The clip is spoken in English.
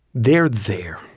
they're there.